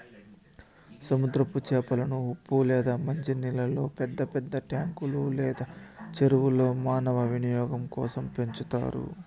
సముద్రపు చేపలను ఉప్పు లేదా మంచి నీళ్ళల్లో పెద్ద పెద్ద ట్యాంకులు లేదా చెరువుల్లో మానవ వినియోగం కోసం పెంచుతారు